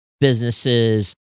businesses